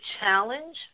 challenge